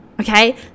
Okay